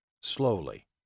Slowly